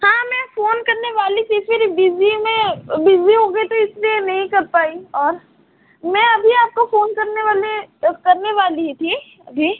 हाँ मैं फ़ोन करने वाली थी फिर बिज़ी में बिज़ी हो गई तो इसलिए नहीं कर पाई और मैं अभी आपको फ़ोन करने वाली करने वाली ही थी अभी